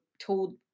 told